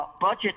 Budget